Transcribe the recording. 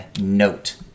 note